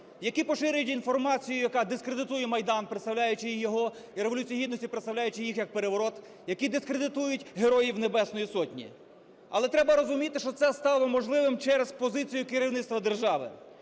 які поширюють інформацію, яка дискредитує Майдан і Революцію Гідності, представляючи їх, як переворот, які дискредитують Героїв Небесної Сотні. Але треба розуміти, що це стало можливим через позицію керівництва держави.